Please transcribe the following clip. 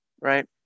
right